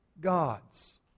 gods